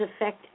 affect